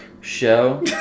show